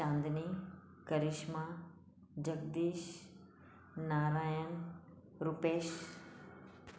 Chandni Karishma Jagdish Narayan Rupesh